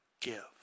give